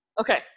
okay